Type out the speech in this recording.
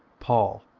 paul,